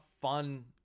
fun –